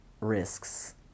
risks